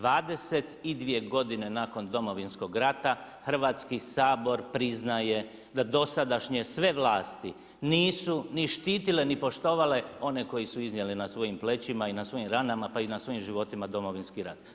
22 godine nakon Domovinskog rata, Hrvatski sabor priznaje da dosadašnje sve vlasti nisu ni štitile ni poštovale one koji su iznijeli na svojim plećima i na svojim ranama pa i na svojim životima, Domovinski rat.